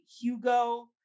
Hugo